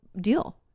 deal